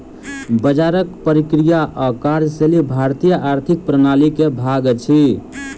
बजारक प्रक्रिया आ कार्यशैली भारतीय आर्थिक प्रणाली के भाग अछि